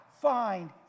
find